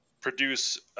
produce